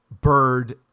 Bird